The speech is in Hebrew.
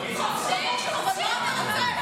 חופשי, במליאת הכנסת.